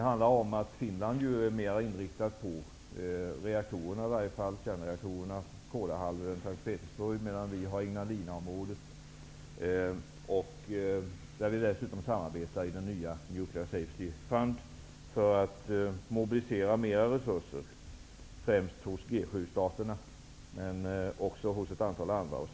Finland är därför mer inriktat på kärnreaktorerna, Kolahalvön och Sankt Petersburg, medan vi inriktar oss på Ignalinaområdet, där vi dessutom samarbetar i den nya Nuclear Safety Fund för att mobilisera mer resurser, främst hos G7-staterna men också i ett antal andra stater.